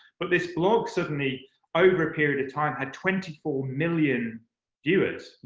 but this blog suddenly over a period of time had twenty four million viewers.